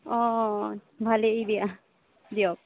অঁ ভালেই দিয়া দিয়ক